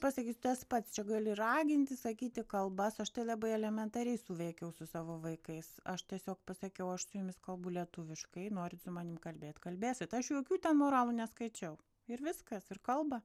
pasakysiu tas pats čia gali raginti sakyti kalbas o aš tai labai elementariai suveikiau su savo vaikais aš tiesiog pasakiau aš su jumis kalbu lietuviškai norit su manim kalbėt kalbėsit aš jokių ten moralų neskaičiau ir viskas kalba